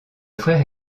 frère